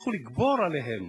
והצליחו לגבור עליהם,